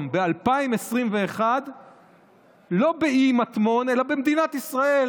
ב-2021 לא באי מטמון אלא במדינת ישראל,